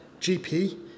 GP